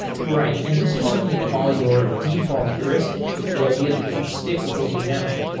right. and this is something you call your default heuristic, the idea that you should stick with what you know.